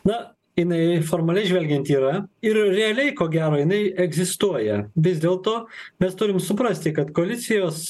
na jinai formaliai žvelgiant yra ir realiai ko gero jinai egzistuoja vis dėlto mes turim suprasti kad koalicijos